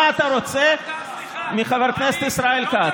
מה אתה רוצה מחבר הכנסת ישראל כץ?